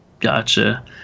Gotcha